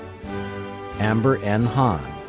amber n. hahn,